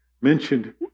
mentioned